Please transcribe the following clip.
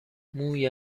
موی